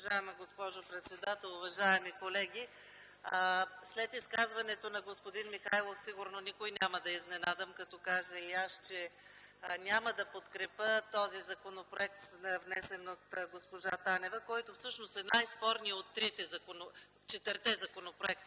Уважаема госпожо председател, уважаеми колеги! След изказването на господин Михайлов сигурно няма да изненадам никого като кажа, че няма да подкрепя този законопроект, внесен от госпожа Танева, който е най-спорният от четирите законопроекта,